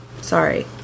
Sorry